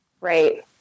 right